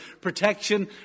protection